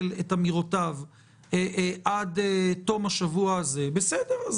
את אמירותיו עד תום השבוע הזה אז בסדר,